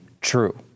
true